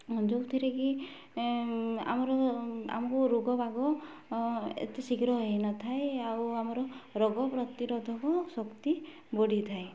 ଯେଉଁଥିରେ କି ଆମର ଆମକୁ ରୋଗ ବାଗ ଏତେ ଶୀଘ୍ର ହେଇନଥାଏ ଆଉ ଆମର ରୋଗ ପ୍ରତିରୋଧକ ଶକ୍ତି ବଢ଼ିଥାଏ